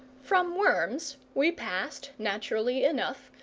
from worms we passed, naturally enough,